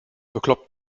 bekloppt